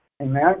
Amen